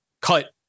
cut